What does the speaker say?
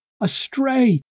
astray